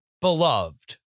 beloved